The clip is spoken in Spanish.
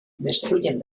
destruyen